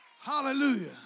Hallelujah